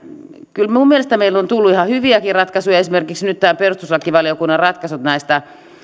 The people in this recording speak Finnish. kyllä minun mielestäni meiltä on tullut ihan hyviäkin ratkaisuja esimerkiksi nyt nämä perustuslakivaliokunnan ratkaisut